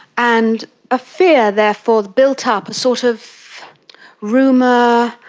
and a fear therefore built ah up, a sort of rumour,